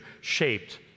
shaped